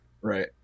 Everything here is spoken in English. Right